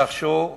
רכשו דירה,